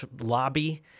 lobby